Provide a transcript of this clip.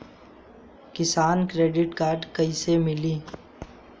किसान credit card कइसे मिली?